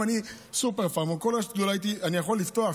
אם אני סופר-פארם ואני יכול לפתוח